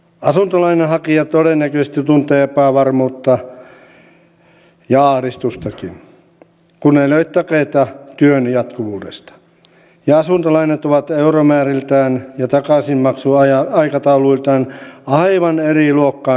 asuntolainan hakija todennäköisesti tuntee epävarmuutta ja ahdistustakin kun ei ole takeita työn jatkuvuudesta ja asuntolainat ovat euromääriltään ja takaisinmaksuaikatauluiltaan aivan eri luokkaa kuin opintolainat